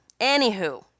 Anywho